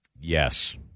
Yes